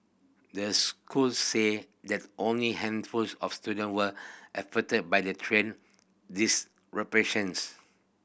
the school said that only handful of student were affected by the train disruptions